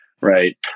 right